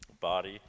body